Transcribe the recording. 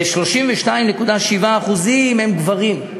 ו-32.7% הם גברים".